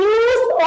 use